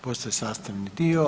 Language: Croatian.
Postaje sastavni dio.